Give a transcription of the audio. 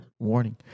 Warning